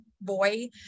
boy